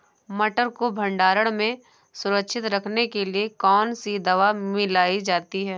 मटर को भंडारण में सुरक्षित रखने के लिए कौन सी दवा मिलाई जाती है?